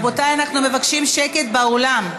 רבותיי, אנחנו מבקשים שקט באולם.